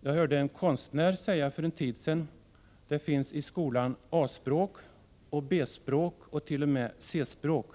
Jag hörde en konstnär säga för en tid sedan: Det finns i skolan A-språk och B-språk och t.o.m. C-språk.